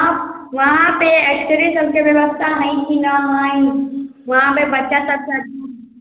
वहाँ पर X ray सबके व्यवस्था है कि ना है वहाँ पर बच्चा सब